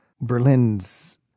Berlin's